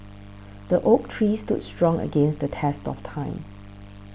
the oak tree stood strong against the test of time